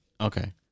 Okay